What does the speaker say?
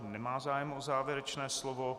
Nemá zájem o závěrečné slovo.